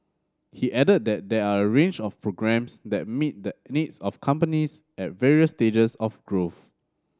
he added that there are a range of programmes that meet the needs of companies at various stages of growth